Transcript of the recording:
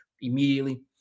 immediately